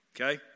Okay